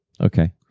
Okay